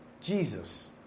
Jesus